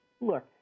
Look